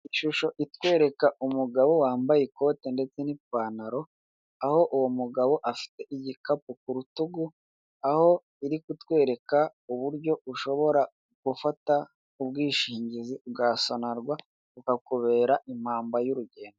Ishusho itwereka umugabo wambaye ikote ndetse n'ipantaro, aho uwo mugabo afite igikapu ku rutugu, aho iri kutwereka uburyo ushobora gufata ubwishingizi bwa Sonnarwa bukakubera impamba y'urugendo.